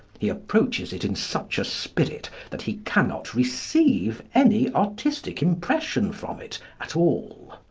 he approaches it in such a spirit that he cannot receive any artistic impression from it at all.